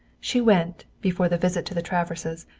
she went, before the visit to the traverses,